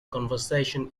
conversation